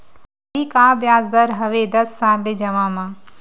अभी का ब्याज दर हवे दस साल ले जमा मा?